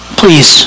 please